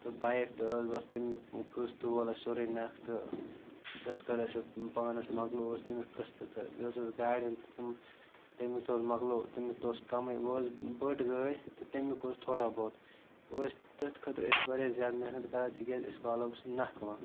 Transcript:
تہٕ بایِک تہٕ ٲس بَس تَمیُک قٕسطہٕ وول اَسہِ سورُے نَکھ تہٕ اَسہِ تہٕ حظ کَڑے سُہ پانَس مَکلوو حظ تَمیُک قٕسطہٕ تہٕ بیٚیہِ حظ اوس گاڑِ ہُنٛد تہٕ تِم تَمیُک تہٕ حظ مَکلوو تَمیُک تہٕ اوس کَمٕے اوس بٔڑ گٲڑۍ تہٕ تَمیُک اوس تھوڑا بہت ٲسۍ تٔتھۍ خٲطرٕ أسۍ واریاہ زیادٕ محنت کَران تِکیٛازِ أسۍ والو سُہ نَکھٕ وۄنۍ